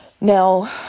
Now